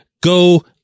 go